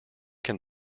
can